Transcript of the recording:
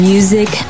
Music